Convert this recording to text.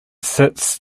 sits